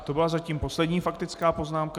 To byla zatím poslední faktická poznámka.